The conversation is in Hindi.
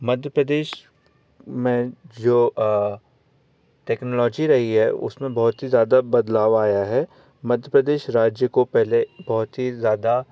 मध्य प्रदेश में जो टेक्नोलॉजी रही है उसमें बहुत ही ज़्यादा बदलाव आया है मध्य प्रदेश राज्य को पहले बहुत ही ज़्यादा